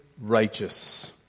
righteous